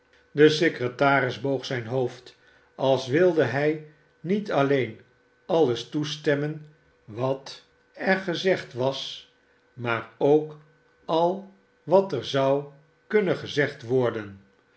de secretaris boog zijn hoofd als wilde hij niet alleen alles toestemmen wat er gezegd was maar ook al wat er zou kunnen gezegd worden